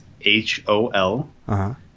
H-O-L